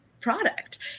product